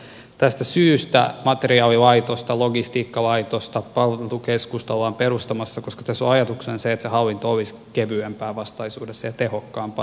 tästä syystä materiaalilaitosta logistiikkalaitosta palvelukeskusta ollaan perustamassa koska tässä on ajatuksena se että se hallinto olisi kevyempää ja tehokkaampaa vastaisuudessa